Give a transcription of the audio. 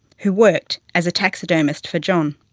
who worked as a taxidermist for john